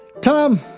Tom